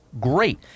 great